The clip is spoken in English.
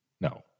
no